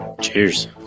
Cheers